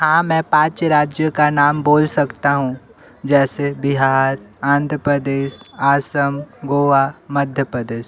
हाँ मैं पाँच राज्यों का नाम बोल सकता हूँ जैसे बिहार आंध्र प्रदेश आसम गोवा मध्य प्रदेश